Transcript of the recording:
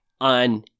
on